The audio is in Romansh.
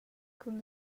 cun